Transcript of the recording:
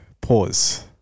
pause